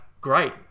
great